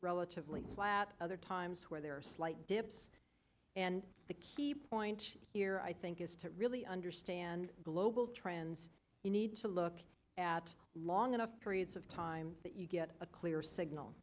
relatively flat other times where there are slight dips and the key point here i think is to really understand global trends you need to look at long enough periods of time that you get a clear signal